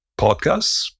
Podcasts